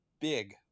big